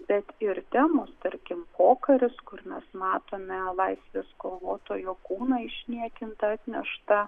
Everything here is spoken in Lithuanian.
bet ir temos tarkim pokaris kur mes matome laisvės kovotojo kūną išniekintą atneštą